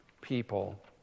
people